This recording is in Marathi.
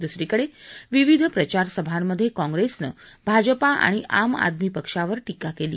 दुसरीकडे विविध प्रचारसभांमध्ये काँग्रेसनं भाजपा आणि आम आदमी पक्षावर टीका केली